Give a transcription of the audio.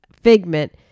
Figment